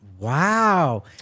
Wow